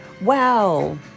Wow